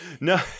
No